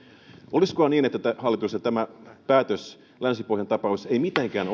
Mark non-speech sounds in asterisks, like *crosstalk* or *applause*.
olisikohan niin hallitus että tämä päätös länsi pohjan tapaus ei mitenkään *unintelligible*